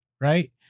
right